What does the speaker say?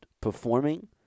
performing